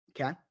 Okay